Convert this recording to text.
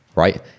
Right